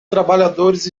trabalhadores